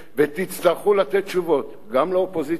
ותצטרכו לתת תשובות גם לאופוזיציה